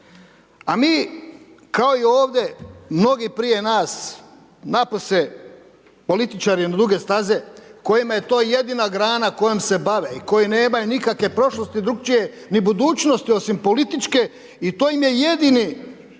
A mi kao i ovdje, mnogi prije nas, .../Govornik se ne razumije./... političari na duge staze, kojima je to jedina grana kojom se bave i koji nemaju nikakve prošlosti drukčije, ni budućnosti, osim političke, i to im je jedini,